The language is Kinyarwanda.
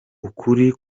ukuri